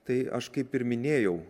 tai aš kaip ir minėjau